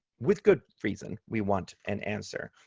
with good reason, we want an answer.